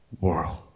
world